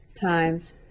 times